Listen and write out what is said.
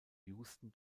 houston